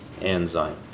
enzyme